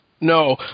No